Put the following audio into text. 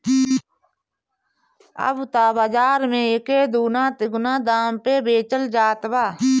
अब त बाज़ार में एके दूना तिगुना दाम पे बेचल जात बा